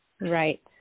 Right